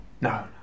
No